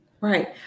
Right